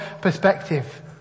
perspective